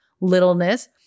littleness